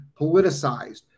politicized